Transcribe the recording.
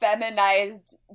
feminized